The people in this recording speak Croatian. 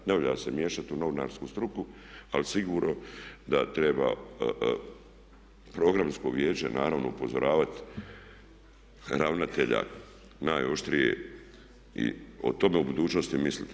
Ne valja se miješati u novinarsku struku ali sigurno da treba Programsko vijeće naravno upozoravati ravnatelja najoštrije i o tome u budućnosti mislit.